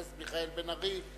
חבר הכנסת מיכאל בן-ארי,